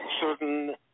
certain